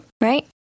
right